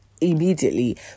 immediately